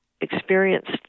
experienced